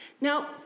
Now